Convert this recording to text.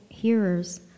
hearers